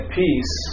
peace